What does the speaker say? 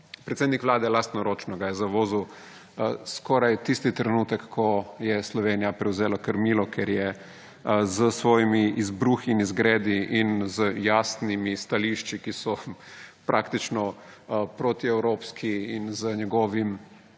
predsednik Vlade lastnoročno zavozil skoraj tisti trenutek, ko je Slovenija prevzela krmilo, s svojimi izbruhi in izgredi in z jasnimi stališči, ki so praktično protievropski. In s svojim